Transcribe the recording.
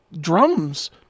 drums